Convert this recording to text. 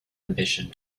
ambition